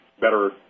better